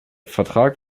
vertrag